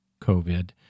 COVID